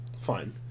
Fine